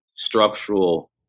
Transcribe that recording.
structural